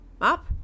up